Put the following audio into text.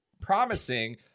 promising